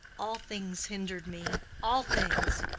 all things hindered, me all things.